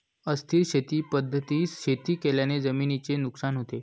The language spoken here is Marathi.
अस्थिर शेती पद्धतींसह शेती केल्याने जमिनीचे नुकसान होते